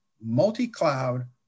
multi-cloud